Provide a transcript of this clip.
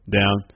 down